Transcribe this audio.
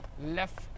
left